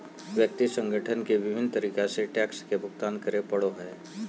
व्यक्ति संगठन के विभिन्न तरीका से टैक्स के भुगतान करे पड़ो हइ